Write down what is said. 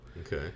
Okay